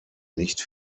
nicht